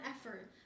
effort